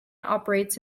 operates